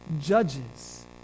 judges